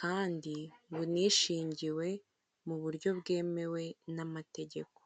kandi bunishingiwe mu buryo bwemewe n'amategeko.